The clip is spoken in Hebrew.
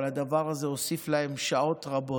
אבל הדבר הזה הוסיף להם שעות רבות.